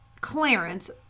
Clarence